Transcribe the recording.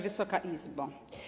Wysoka Izbo!